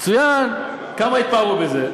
מצוין, כמה התפארו בזה.